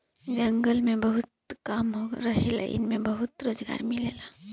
जंगल में बहुत काम रहेला एइमे बहुते रोजगार मिलेला